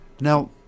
Now